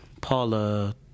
Paula